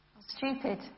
stupid